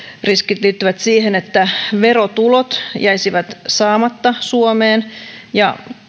riskit liittyvät siihen että verotulot jäisivät saamatta suomeen ja